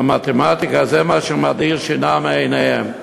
והמתמטיקה, זה מה שמדיר שינה מעיניהם.